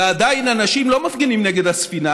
ועדיין אנשים לא מפגינים נגד הספינה